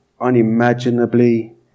unimaginably